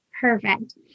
Perfect